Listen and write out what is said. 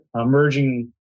emerging